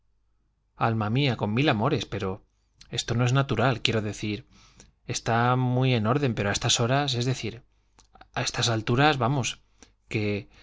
alma mía con mil amores pero esto no es natural quiero decir está muy en orden pero a estas horas es decir a estas alturas vamos que